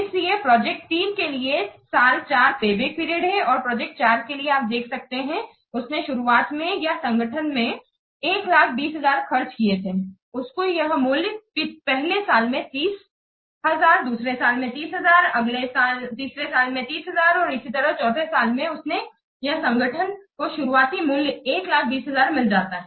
इसलिए प्रोजेक्ट 3 के लिए साल 4 पेबैक पीरियड है और प्रोजेक्ट 4 के लिए आप देख सकते हैं उसने शुरुआत में या संगठन में 120000 खर्च किए थे उसको यह मूल्य पहले साल में 30 दूसरे साल में 30000 अगले साल में 30000 और इसी तरह चौथे साल में उससे या संगठन को शुरुआती मूल्य 120000 मिल जाता है